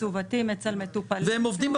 מצוותים אצל מטופלים.